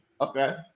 okay